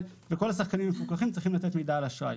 וכל השחקנים המפוקחים צריכים לתת מידע על אשראי.